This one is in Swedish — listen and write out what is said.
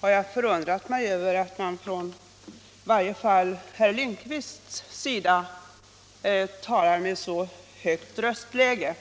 har jag förundrat mig över att herr Lindkvist talar med så högt röstläge.